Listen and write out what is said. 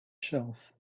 shelf